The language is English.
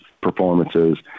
performances